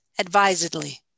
advisedly